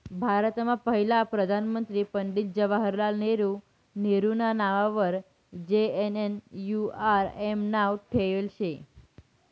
भारतमा पहिला प्रधानमंत्री पंडित जवाहरलाल नेहरू नेहरूना नाववर जे.एन.एन.यू.आर.एम नाव ठेयेल शे